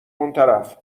اونطرف